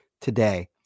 today